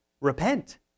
repent